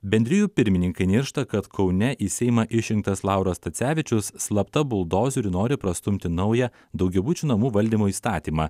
bendrijų pirmininkai niršta kad kaune į seimą išrinktas lauras stacevičius slapta buldozeriu nori prastumti naują daugiabučių namų valdymo įstatymą